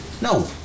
No